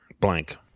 Blank